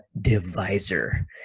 divisor